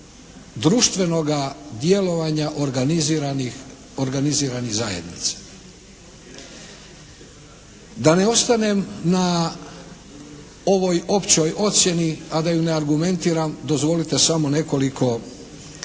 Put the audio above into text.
društvenoga djelovanja organiziranih zajednica. Da ne ostanem na ovoj općoj ocjeni a da ju ne argumentiram, dozvolite samo nekoliko